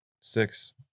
six